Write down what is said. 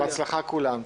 בהצלחה לכולם.